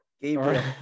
Gabriel